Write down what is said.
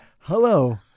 hello